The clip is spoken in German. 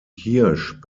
hirsch